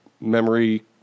memory